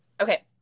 Okay